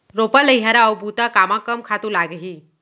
रोपा, लइहरा अऊ बुता कामा कम खातू लागही?